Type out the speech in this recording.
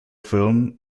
film